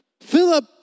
Philip